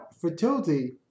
fertility